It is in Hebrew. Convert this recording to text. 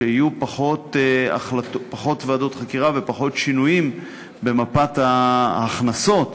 שיהיו פחות ועדות חקירה ופחות שינויים במפת ההכנסות